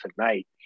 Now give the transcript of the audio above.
tonight